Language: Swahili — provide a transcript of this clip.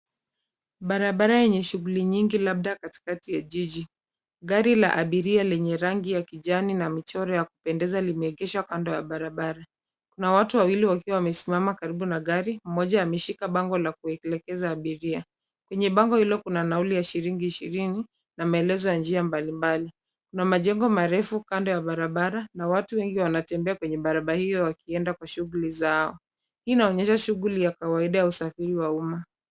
Barabara yenye shughuli nyingi labda katikati ya jiji. Gari la abiria lenye rangi ya kijani na michoro ya kupendeza limeegeshwa kando ya barabara. Kuna watu wawili wakiwa wamesimama karibu na gari, mmoja ameshika bango la kuielekeza abiria. Kwenye bango hilo kuna nauli ya shilingi ishirini na maelezo ya njia mbalimbali. Kuna majengo marefu kando ya barabara na watu wengi wanatembea kwenye barabara hiyo wakienda kwa shughuli zao. Hii inaonyesha shughuli ya kawaida ya usafiri wa umma.